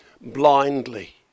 blindly